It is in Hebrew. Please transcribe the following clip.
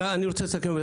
אני רוצה לסכם.